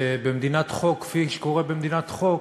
שבמדינת חוק, כפי שקורה במדינת חוק,